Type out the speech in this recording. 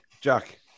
Jack